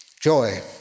joy